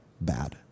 bad